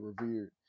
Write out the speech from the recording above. revered